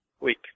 week